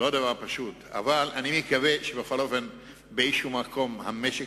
אבל אני מקווה שבכל אופן בשלב כלשהו המשק